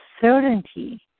certainty